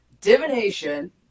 Divination